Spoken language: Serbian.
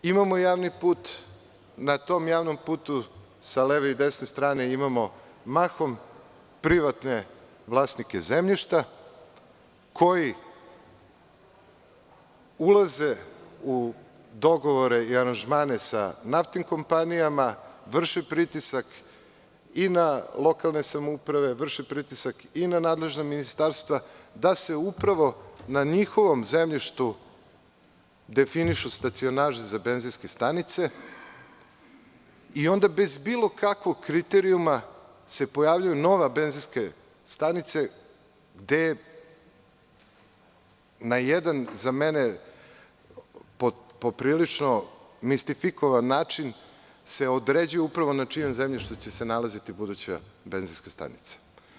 Imamo javni put, na tom javnom putu sa leve i desne strane imamo mahom privatne vlasnike zemljišta koji ulaze u dogovore i aranžmane sa naftnim kompanijama, vrše pritisak i na lokalne samouprave i na nadležna ministarstva da se upravo na njihovom sedištu definišu stacionaše za benzinske stanice i onda bez bilo kakvog kriterijuma se pojavljuju nove benzinske stanice, gde na jedan, za mene, poprilično mistifikovan način se određuje na čijem zemljištu će se nalaziti buduća benzinska stanica.